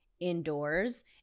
indoors